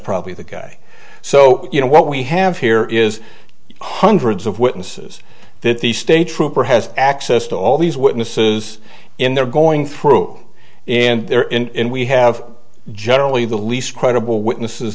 probably the guy so you know what we have here is hundreds of witnesses that the state trooper has access to all these witnesses in they're going through and they're in we have generally the least credible witnesses